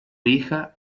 hija